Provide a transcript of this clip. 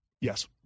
Yes